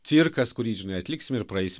cirkas kurį žinai atliksime ir praeisim